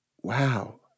wow